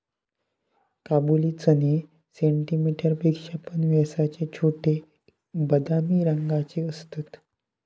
काबुली चणे सेंटीमीटर पेक्षा पण व्यासाचे छोटे, बदामी रंगाचे असतत